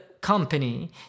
company